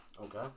Okay